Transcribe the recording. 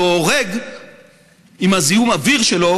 שהורג עם זיהום האוויר שלו,